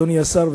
אדוני השר,